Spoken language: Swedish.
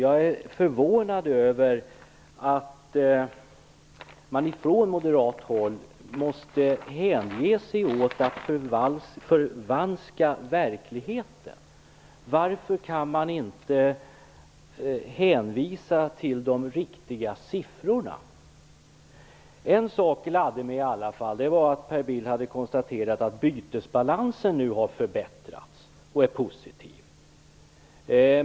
Jag är förvånad över att man från moderat håll måste ägna sig åt att förvanska verkligheten. Varför kan man inte hänvisa till de riktiga siffrorna? En sak gladde mig i alla fall. Det var att Per Bill hade konstaterat att bytesbalansen nu har förbättrats och är positiv.